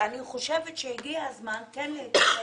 אני חושבת שהגיע הזמן כן להתערב